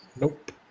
Nope